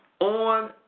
on